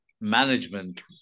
management